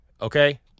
okay